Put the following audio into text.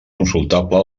consultable